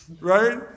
right